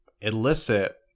elicit